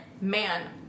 man